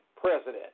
president